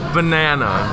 Banana